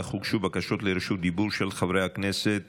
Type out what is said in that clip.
אך הוגשו בקשות לרשות דיבור של חברי הכנסת